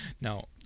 Now